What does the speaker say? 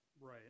right